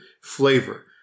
flavor